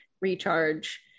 recharge